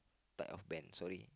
type of band sorry